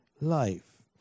life